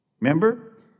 Remember